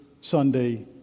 Sunday